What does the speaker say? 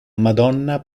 madonna